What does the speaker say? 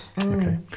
okay